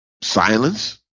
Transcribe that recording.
silence